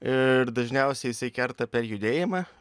ir dažniausiai jisai kerta per judėjimą